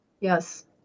Yes